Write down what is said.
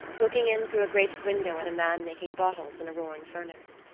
looking in through a grated window at a man making bottles in a roaring furnace.